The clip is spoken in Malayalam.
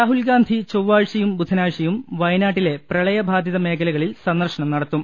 രാഹുൽ ഗ്രാന്ധി ചൊപ്പാഴ്ചയും ബുധനാഴ്ചയും വയനാട്ടിലെ പ്രളയബാധിത മേഖലകളിൽ സന്ദർശനം നടത്തും